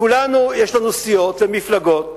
לכולנו יש סיעות ומפלגות.